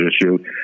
issue